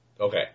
Okay